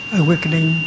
awakening